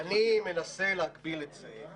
אני מנסה להגביל את זה.